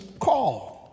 call